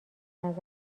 نظرت